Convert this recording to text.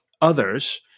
others